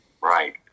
right